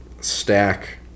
stack